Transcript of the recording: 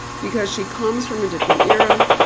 because she comes from a different era,